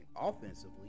offensively